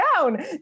down